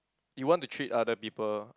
you want to treat other people